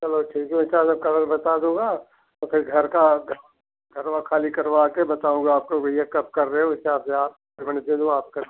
चलो ठीक है कल कलर बात दूँगा तो फिर घर का घर वर खाली करवा कर बताऊँगा आपको भैया कब कर रहे हो उस हिसाब से पेमेंट दे दूँ आपका